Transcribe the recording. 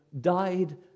died